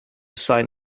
sign